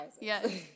Yes